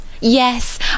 yes